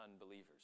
unbelievers